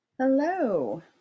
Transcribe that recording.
Hello